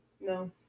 No